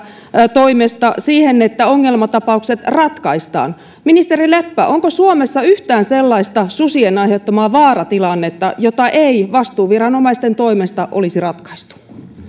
toimesta siihen että ongelmatapaukset ratkaistaan ministeri leppä onko suomessa yhtään sellaista susien aiheuttamaa vaaratilannetta jota ei vastuuviranomaisten toimesta olisi ratkaistu